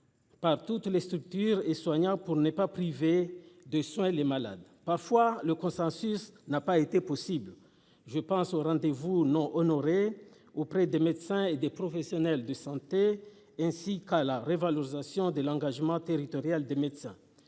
Par toutes les structures et soignants pour n'est pas privés de soins les malades parfois le consensus n'a pas été possible, je pense au rendez-vous non honorés auprès des médecins et des professionnels de santé ainsi qu'à la revalorisation de l'engagement territorial des médecins.